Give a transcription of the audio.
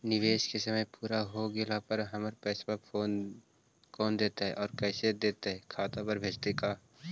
निवेश के समय पुरा हो गेला पर हमर पैसबा कोन देतै और कैसे देतै खाता पर भेजतै का?